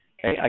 Okay